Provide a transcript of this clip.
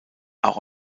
auch